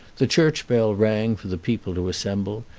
the church bell rang for the people to assemble,